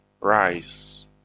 rise